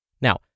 Now